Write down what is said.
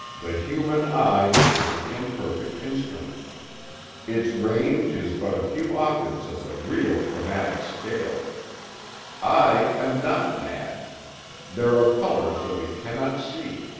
the human eye is an imperfect instrument its range is but a few octaves of the real chromatic scale i am not mad there are colors that we cannot see.